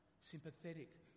sympathetic